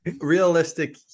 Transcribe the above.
realistic